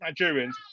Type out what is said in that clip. Nigerians